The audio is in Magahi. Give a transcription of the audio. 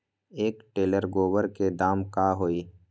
एक टेलर गोबर के दाम का होई?